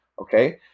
okay